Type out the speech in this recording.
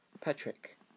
Patrick